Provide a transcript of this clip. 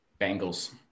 Bengals